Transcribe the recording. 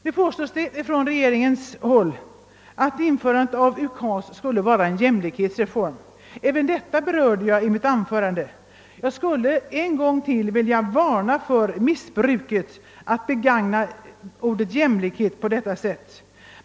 Nu påstår regeringen att införandet av UKAS skulle vara en jämlikhetsreform. även detta påstående berörde jag i mitt första anförande. Jag vill än en gång varna för det missbruk som det innebär att begagna ordet jämlikhet på detta sätt.